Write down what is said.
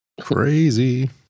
Crazy